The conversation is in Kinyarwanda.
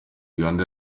uganda